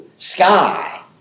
Sky